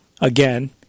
again